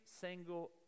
single